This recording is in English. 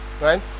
right